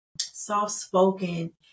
soft-spoken